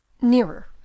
Nearer